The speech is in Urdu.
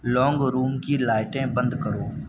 لونگ روم کی لائٹیں بند کرو